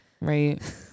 Right